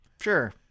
Sure